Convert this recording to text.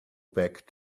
back